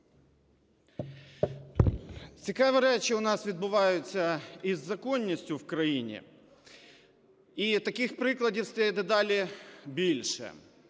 Цікаві речі у нас відбуваються із законністю в країні, і таких прикладів стає дедалі більше.